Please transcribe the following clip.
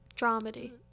Dramedy